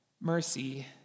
Mercy